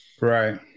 right